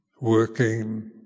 working